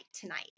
tonight